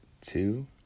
two